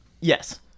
Yes